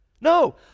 No